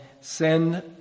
send